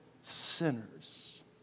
sinners